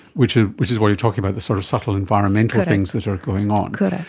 which ah which is what you're talking about, the sort of subtle environmental things that are going on. correct.